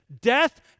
death